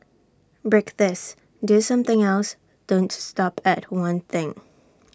break this do something else don't stop at one thing